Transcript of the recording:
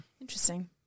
Interesting